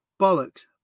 bollocks